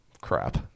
Crap